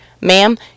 ma'am